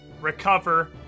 recover